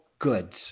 Goods